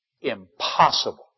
Impossible